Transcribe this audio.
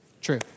True